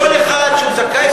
לא כל אחד שהוא זכאי הוא,